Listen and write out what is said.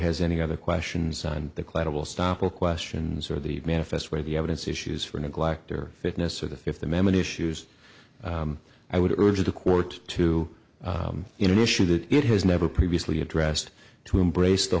has any other questions on the collateral stoppel questions or the manifest where the evidence issues for neglect or fitness or the fifth amendment issues i would urge the court to in an issue that it has never previously addressed to embrace the